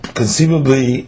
conceivably